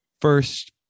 first